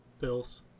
Bills